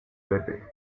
lepe